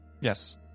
Yes